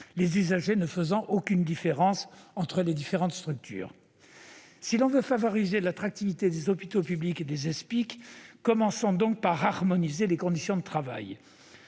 les usagers ne faisant aucune différence entre les diverses structures. Si l'on veut favoriser l'attractivité des hôpitaux publics et des Espic, commençons par harmoniser les conditions de travail.